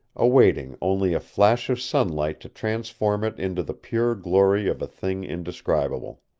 awaiting only a flash of sunlight to transform it into the pure glory of a thing indescribable.